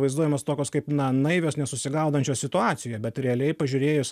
vaizduojamos tokios kaip na naivios nesusigaudančios situacijoje bet realiai pažiūrėjus